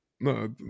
no